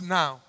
now